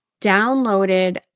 downloaded